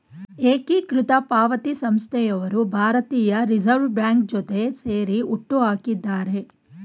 ಏಕೀಕೃತ ಪಾವತಿ ಸಂಸ್ಥೆಯವರು ಭಾರತೀಯ ರಿವರ್ಸ್ ಬ್ಯಾಂಕ್ ಜೊತೆ ಸೇರಿ ಹುಟ್ಟುಹಾಕಿದ್ದಾರೆ